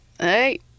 Hey